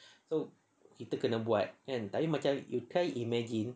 so kita kena buat kan tapi macam you try imagine